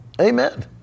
Amen